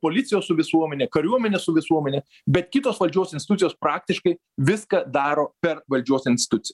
policijos su visuomene kariuomenė su visuomene bet kitos valdžios institucijos praktiškai viską daro per valdžios instituciją